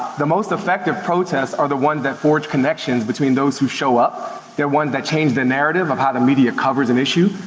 the most effective protests are the ones that forge connections between those who show up and ones that change the narrative of how the media covers an issue.